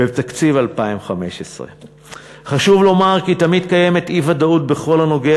בתקציב 2015. חשוב לומר כי תמיד קיימת אי-ודאות בכל הנוגע